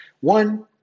One